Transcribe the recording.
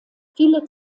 viele